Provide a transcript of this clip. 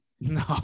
No